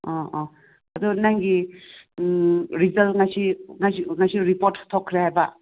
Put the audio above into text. ꯑꯥ ꯑꯥ ꯑꯗꯨ ꯅꯪꯒꯤ ꯔꯤꯖꯜ ꯉꯁꯤ ꯉꯁꯤ ꯉꯁꯤ ꯔꯤꯄꯣꯔꯠ ꯊꯣꯛꯈ꯭ꯔꯦ ꯍꯥꯏꯕ